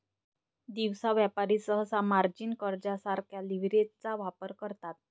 दिवसा व्यापारी सहसा मार्जिन कर्जासारख्या लीव्हरेजचा वापर करतात